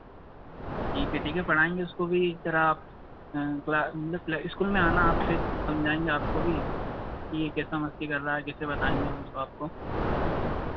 ठीक है ठीक है पढ़ाएँगे उसको भी सर आप मतलब स्कूल में आना आप फिर समझाएँगे आपको भी कि ये कैसा मस्ती कर रहा है कैसे बताएँगे हम उसको आपको